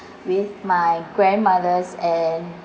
with my grandmothers and